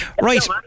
right